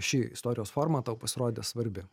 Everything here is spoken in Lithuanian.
ši istorijos forma tau pasirodė svarbi